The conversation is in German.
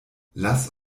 lass